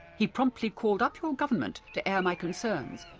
he promptly called up your government to air my concerns,